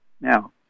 Now